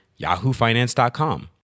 yahoofinance.com